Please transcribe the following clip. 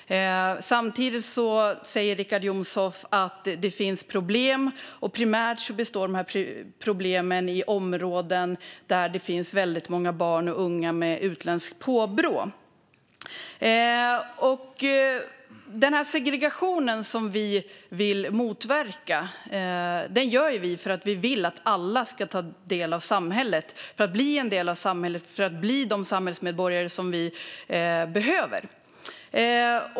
Samtidigt säger Richard Jomshof att det finns problem och att de primärt förekommer i områden där det finns många barn och unga med utländskt påbrå. Vi vill motverka segregation, för vi vill att alla ska bli en del av samhället och bli de samhällsmedborgare som vi behöver.